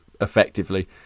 effectively